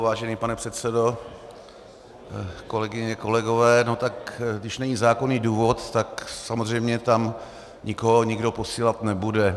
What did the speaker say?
Vážený pane předsedo, kolegyně, kolegové, když není zákonný důvod, tak samozřejmě tam nikdo nikoho posílat nebude.